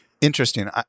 Interesting